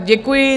Děkuji.